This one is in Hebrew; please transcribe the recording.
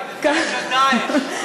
אבל אני הודעתי לפני